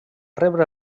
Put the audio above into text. rebre